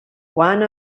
one